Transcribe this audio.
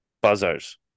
buzzers